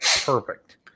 perfect